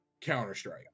Counter-Strike